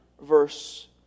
verse